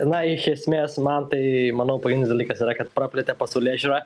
na iš esmės man tai manau painus dalykas yra kad praplėtė pasaulėžiūrą